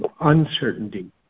uncertainty